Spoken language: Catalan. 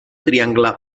triangle